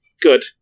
Good